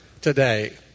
today